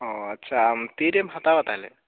ᱚ ᱟᱪᱪᱷᱟ ᱛᱤᱨᱮᱢ ᱦᱟᱛᱟᱣᱟ ᱛᱟᱦᱚᱞᱮ